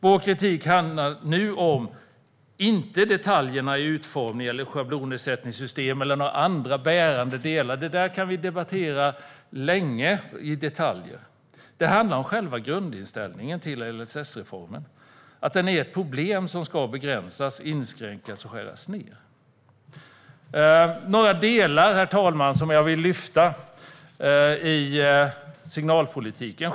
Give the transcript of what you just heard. Vår kritik nu handlar inte om detaljerna i utformning, schablonersättningssystem eller några andra bärande delar. Sådana detaljer kan vi debattera länge. Vår kritik handlar i stället om själva grundinställningen till LSS-reformen, att den är ett problem som ska begränsas, inskränkas och skäras ned. Låt mig nämna några delar i signalpolitiken särskilt.